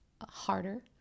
harder